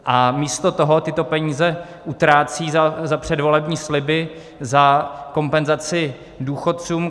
A místo toho tyto peníze utrácí za předvolební sliby, za kompenzaci důchodcům.